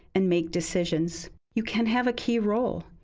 and make decisions. you can have a key role.